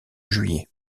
juillet